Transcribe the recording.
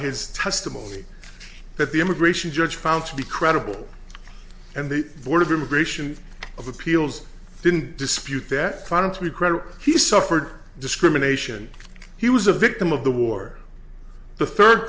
his testimony that the immigration judge found to be credible and the board of immigration appeals didn't dispute that planets we credit he suffered discrimination he was a victim of the war the third